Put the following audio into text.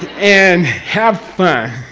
and have fun,